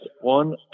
one